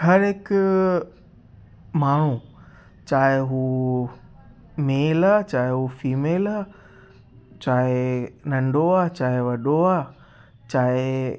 हर हिकु माण्हू चाहे हू मेल आहे चाहे हू फीमेल आहे चाहे नंढो आहे चाहे वॾो आहे चाहे